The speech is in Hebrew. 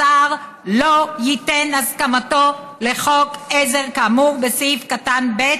השר לא ייתן הסכמתו לחוק עזר כאמור בסעיף קטן (ב)